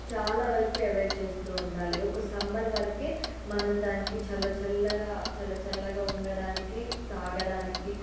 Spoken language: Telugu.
చాలా వరకు అవాయిడ్ చేస్తూ ఉండాలి ఒక సమ్మర్ వరకే మనం దానికి చల్ల చల్లగా చల్ల చల్లగా ఉండడానికి తాగడానికి